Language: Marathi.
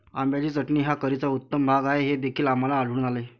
आंब्याची चटणी हा करीचा उत्तम भाग आहे हे देखील आम्हाला आढळून आले